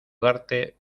darte